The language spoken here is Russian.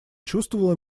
чувствовала